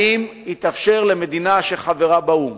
האם יתאפשר למדינה שחברה באו"ם,